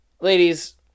Ladies